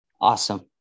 Awesome